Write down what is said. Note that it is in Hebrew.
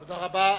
תודה רבה.